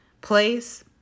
place